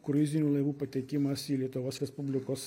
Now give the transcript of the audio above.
kruizinių laivų patekimas į lietuvos respublikos